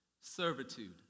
Servitude